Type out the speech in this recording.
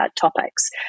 topics